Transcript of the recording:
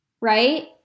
right